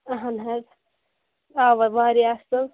اہن حظ اوا واریاہ اصل